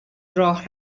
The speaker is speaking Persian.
راه